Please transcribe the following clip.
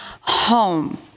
home